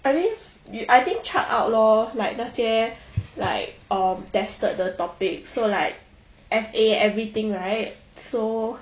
I mean you I think chart out lor like 那些 like um tested 的 topic so like F_A everything right so